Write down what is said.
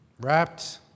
wrapped